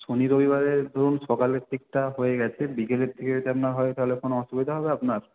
শনি রবিবারে ধরুন সকালের দিকটা হয়ে গেছে বিকেলের দিকে যদি আপনার হয় তাহলে কোনও অসুবিধা হবে আপনার